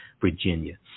Virginia